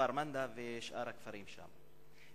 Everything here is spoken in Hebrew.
כפר-מנדא ושאר הכפרים שם,